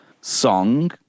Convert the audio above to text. song